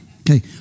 Okay